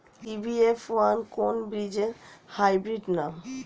CBF one কোন বীজের hybrid নাম?